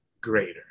greater